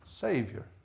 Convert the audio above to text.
Savior